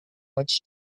much